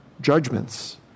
judgments